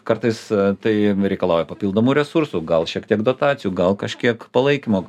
kartais tai reikalauja papildomų resursų gal šiek tiek dotacijų gal kažkiek palaikymo